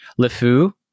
LeFou